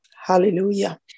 Hallelujah